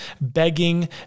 begging